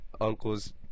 uncles